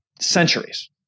centuries